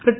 റിട്ട